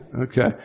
Okay